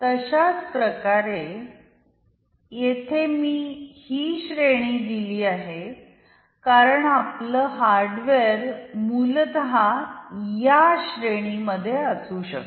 तशाच प्रकारे येथे मी ही श्रेणी दिली कारण आपले हार्डवेअर मूलत या श्रेणीमध्ये असू शकते